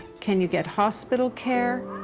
can you get hospital care?